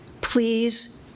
Please